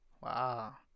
Wow